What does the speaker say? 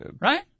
Right